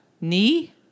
knee